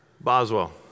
Boswell